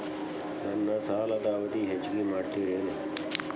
ನನ್ನ ಸಾಲದ ಅವಧಿ ಹೆಚ್ಚಿಗೆ ಮಾಡ್ತಿರೇನು?